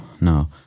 No